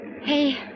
Hey